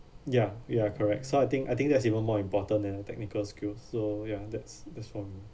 ya ya correct so I think I think that's even more important than technical skills so ya that's that's one